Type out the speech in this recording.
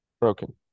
Broken